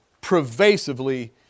pervasively